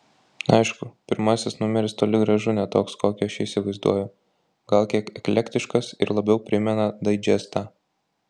aišku pirmasis numeris toli gražu ne toks kokį aš jį įsivaizduoju gal kiek eklektiškas ir labiau primena daidžestą